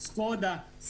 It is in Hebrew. סקודה,